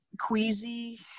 queasy